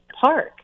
park